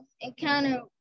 encounter